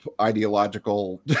ideological